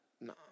No